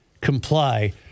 comply